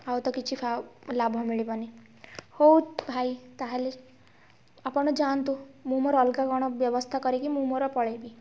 ଆଉ ତ କିଛି ଫ ଲାଭ ମିଳିବନି ହଉ ଭାଇ ତାହାହେଲେ ଆପଣ ଯାଆନ୍ତୁ ମୁଁ ମୋର ଅଲଗା କ'ଣ ବ୍ୟବସ୍ଥା କରିକି ମୁଁ ମୋର ପଲେଇବି